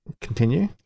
Continue